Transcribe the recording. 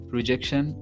Rejection